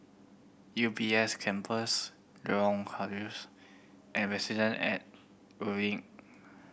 U B S Campus Lorong Halus and Residence at Evelyn